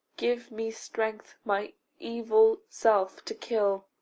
give me strength my evil self to kill,